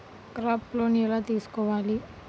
Crop loan ఎలా తీసుకోవాలి?